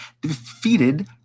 Defeated